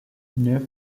neuf